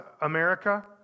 America